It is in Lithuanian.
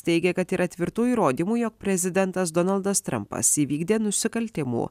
teigia kad yra tvirtų įrodymų jog prezidentas donaldas trampas įvykdė nusikaltimų